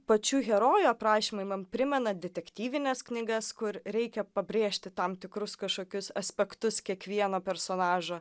pačių herojų aprašymai man primena detektyvines knygas kur reikia pabrėžti tam tikrus kažkokius aspektus kiekvieno personažo